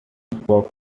spoke